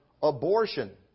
abortion